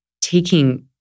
taking